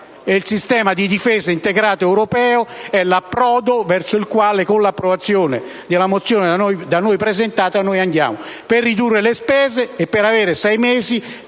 Il sistema di difesa integrato europeo è l'approdo verso il quale, con l'approvazione della mozione da noi presentata, noi andiamo, per ridurre le spese e per avere sei mesi